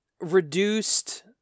reduced